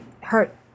hurt